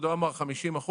כבודו אמר, 50%,